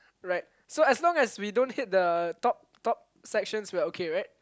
right so as long as we don't hit top top sections we're okay right right